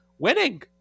Winning